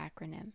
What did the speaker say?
acronym